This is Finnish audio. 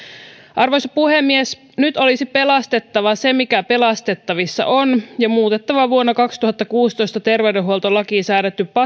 arvoisa puhemies nyt olisi pelastettava se mikä pelastettavissa on ja muutettava vuonna kaksituhattakuusitoista terveydenhuoltolakiin säädetty